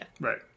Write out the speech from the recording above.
Right